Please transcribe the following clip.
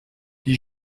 die